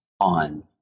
on